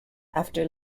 after